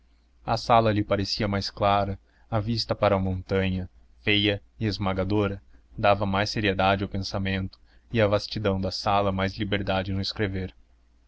a sala lhe parecia mais clara a vista para a montanha feia e esmagadora dava mais seriedade ao pensamento e a vastidão da sala mais liberdade no escrever